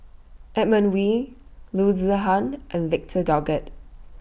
Edmund Wee Loo Zihan and Victor Doggett